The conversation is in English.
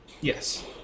Yes